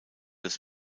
des